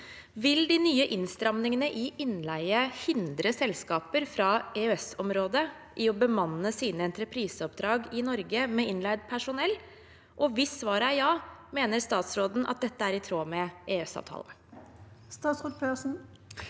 Vil de nye innstrammingene i innleie hindre selskaper fra EØS-området i å bemanne sine entrepriseoppdrag i Norge med innleid personell, og hvis svaret er ja, mener statsråden dette er i tråd med EØS-avtalen?» Statsråd Marte